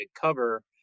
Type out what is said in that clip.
cover